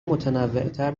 متنوعتر